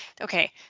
okay